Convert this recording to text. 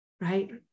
right